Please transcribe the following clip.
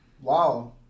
Wow